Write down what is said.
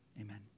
amen